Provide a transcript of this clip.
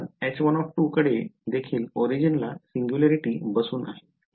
नाही कारण H1 कडे देखील origin ला सिंग्युलॅरिटी बसून आहे